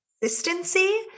consistency